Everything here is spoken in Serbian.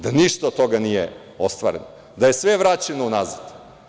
Da ništa od toga nije ostvareno, da je sve vraćeno unazad.